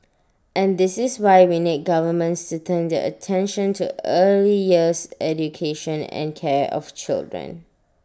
and this is why we need governments to turn their attention to early years education and care of children